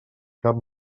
cap